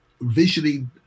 visually